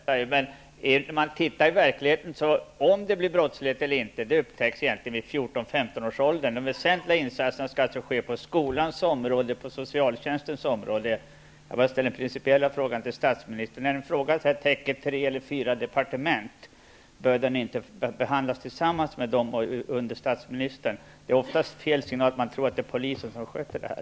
Fru talman! Jag vill ställa en fråga till statsministern om brottsförebyggande verksamhet, vanligtvis är det ju justitieministern som har att svara. När man ser till verkligheten upptäcker man vid 14--15-årsåldern om brottslighet förekommer eller inte. Den väsentliga insatsen skall alltså ske på skolans och socialtjänstens område. Jag vill ställa en principiell fråga till statsministern. När en fråga täcker tre eller fyra departement, bör den då inte behandlas tillsammas av dessa under statsministern? Det är en felsyn när man tror att det är polisen som sköter detta.